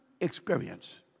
experience